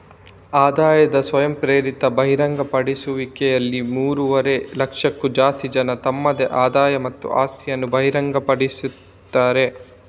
ಆದಾಯದ ಸ್ವಯಂಪ್ರೇರಿತ ಬಹಿರಂಗಪಡಿಸುವಿಕೆಯಲ್ಲಿ ಮೂರುವರೆ ಲಕ್ಷಕ್ಕೂ ಜಾಸ್ತಿ ಜನ ತಮ್ಮ ಆದಾಯ ಮತ್ತು ಆಸ್ತಿಯನ್ನ ಬಹಿರಂಗಪಡಿಸಿದ್ದಾರೆ